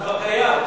הוא כבר קיים.